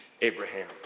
Abraham